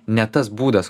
ne tas būdas